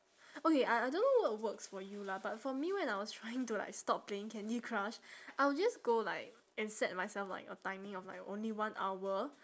okay I I don't know what works for you lah but for me when I was trying to like stop playing Candy Crush I would just go like and set myself like a timing of like only one hour